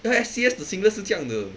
那个 S_C_S 的 singlet 是这样的